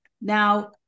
Now